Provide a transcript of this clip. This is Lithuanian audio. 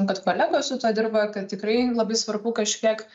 kad kolegos su tuo dirba kad tikrai labai svarbu kažkiek